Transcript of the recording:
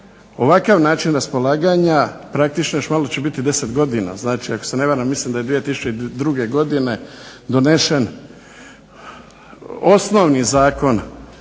ovakav način raspolaganja, praktički još malo će biti već 10 godina, znači ako se ne varam mislim da je 2002. godine donešen osnovni Zakon